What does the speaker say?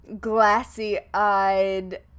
glassy-eyed